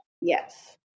Yes